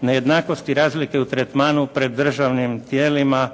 nejednakost i razlike u tretmanu pred državnim tijelima